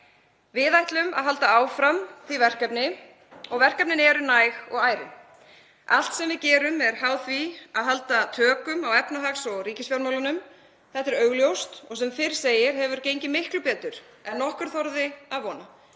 Við ætlum að halda áfram því verkefni og verkefnin eru næg og ærin. Allt sem við gerum er háð því að halda tökum á efnahags- og ríkisfjármálunum. Þetta er augljóst og sem fyrr segir hefur gengið miklu betur en nokkur þorði að vona.